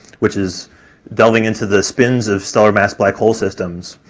which is delving into the spins of stellar-mass black hole systems.